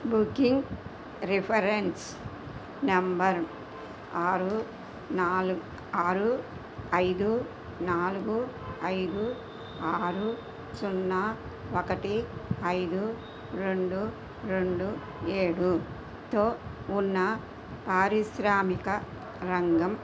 booking వ్ reference number ఆరు నాలుగ్ ఆరు ఐదు నాలుగు ఐదు ఆరు సున్నా ఒకటి ఐదు రెండు రెండు ఏడు తో ఉన్న పారిశ్రామిక రంగం